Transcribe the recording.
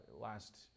last